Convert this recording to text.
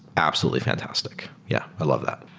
absolutely fantastic. yeah, i love that.